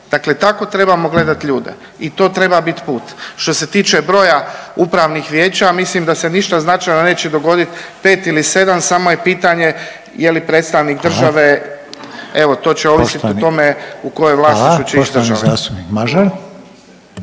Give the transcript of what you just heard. Dakle, tako trebamo gledati ljude i to treba biti put. Što se tiče broja Upravnih vijeća mislim da se ništa značajno neće dogoditi pet ili sedam, samo je pitanje je li predstavnik države. …/Upadica Reiner: Hvala./… Evo to će ovisiti o tome u koje vlasništvo